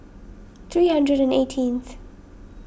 three hundred and eighteenth